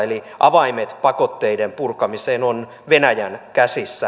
eli avaimet pakotteiden purkamiseen on venäjän käsissä